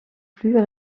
plus